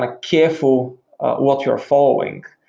ah careful what you're following.